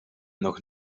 nog